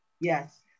Yes